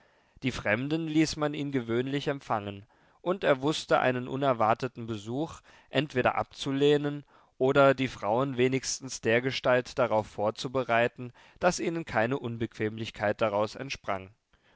die fremden ließ man ihn gewöhnlich empfangen und er wußte einen unerwarteten besuch entweder abzulehnen oder die frauen wenigstens dergestalt darauf vorzubereiten daß ihnen keine unbequemlichkeit daraus entsprang